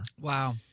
Wow